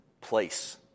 place